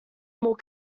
more